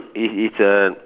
it it's a